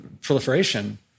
proliferation